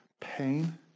pain